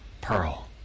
pearl